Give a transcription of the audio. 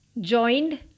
joined